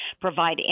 provide